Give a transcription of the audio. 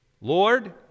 Lord